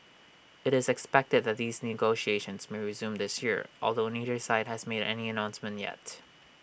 IT is expected that these negotiations may resume this year although neither side has made any announcements yet